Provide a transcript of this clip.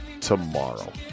tomorrow